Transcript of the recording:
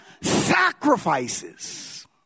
sacrifices